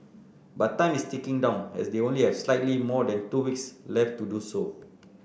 but time is ticking down as they only have slightly more than two weeks left to do so